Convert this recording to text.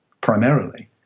primarily